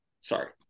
Sorry